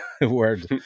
word